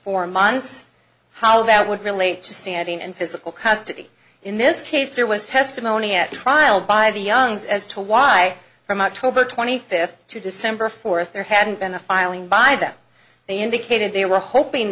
four months how that would relate to standing and physical custody in this case there was testimony at trial by the youngs as to why from october twenty fifth to december fourth there hadn't been a filing by them they indicated they were hoping